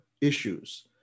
issues